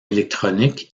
électronique